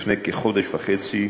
לפני כחודש וחצי.